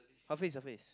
puffy is a face